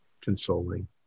consoling